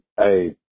Hey